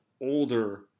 older